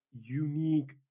unique